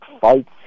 fights